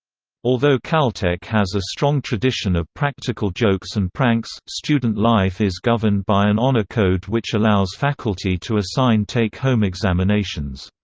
although caltech has a strong tradition of practical jokes and pranks, student life is governed by an honor code which allows faculty to assign take-home examinations.